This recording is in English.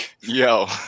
Yo